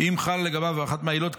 אם חלה לגביו אחת מהעילות,